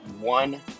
one